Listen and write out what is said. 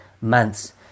months